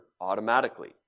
automatically